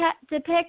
depict